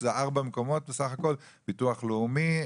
שזה ארבע מקומות בסך הכול, ביטוח לאומי,